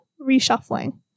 reshuffling